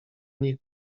nich